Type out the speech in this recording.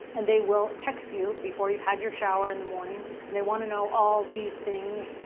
and they will text you before you've had your shower in the morning and they want to know all these things.